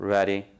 Ready